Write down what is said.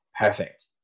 perfect